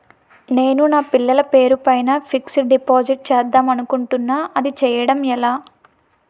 నేను నా పిల్లల పేరు పైన ఫిక్సడ్ డిపాజిట్ చేద్దాం అనుకుంటున్నా అది చేయడం ఎలా?